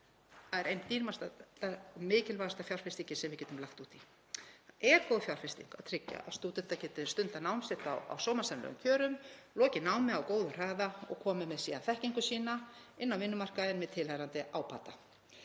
að er ein dýrmætasta og mikilvægasta fjárfestingin sem við getum lagt út í. Það er góð fjárfesting að tryggja að stúdentar geti stundað nám sitt á sómasamlegum kjörum, lokið námi á góðum hraða og komið síðan með þekkingu sína inn á vinnumarkaðinn með tilheyrandi ábata.